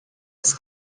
his